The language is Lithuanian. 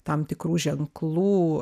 tam tikrų ženklų